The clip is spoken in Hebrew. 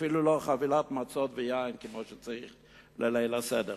אפילו לא חבילות מצות ויין, כמו שצריך, לליל הסדר.